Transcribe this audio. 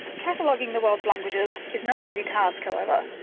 cataloguing the world's languages is no easy task however.